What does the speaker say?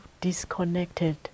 disconnected